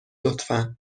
لطفا